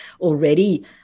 already